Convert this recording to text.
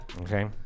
Okay